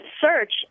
search